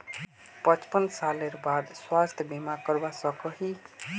पचपन सालेर बाद स्वास्थ्य बीमा करवा सकोहो ही?